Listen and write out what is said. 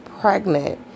pregnant